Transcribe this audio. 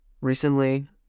recently